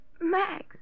Max